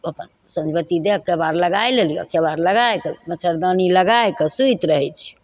अपन साँझ बत्ती दए कऽ केबाड़ लगाय लेलियौ केबाड़ लगा कऽ मच्छरदानी लगा कऽ सुति रहय छियौ